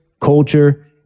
culture